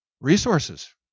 resources